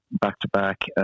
back-to-back